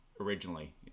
originally